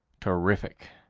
terrific.